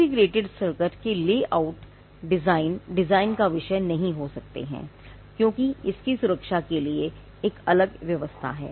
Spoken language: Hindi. इंटीग्रेटेड सर्किट डिजाइन का विषय नहीं हो सकते हैं क्योंकि इसकी सुरक्षा के लिए एक अलग व्यवस्था है